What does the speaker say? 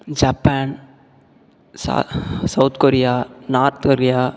Japan ச South Korea North Korea